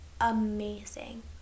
amazing